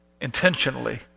Intentionally